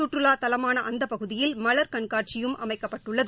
சுற்றுலாத் தலமான அந்த பகுதியில் மலர் கண்காட்சியும் அமைக்கப்பட்டுள்ளது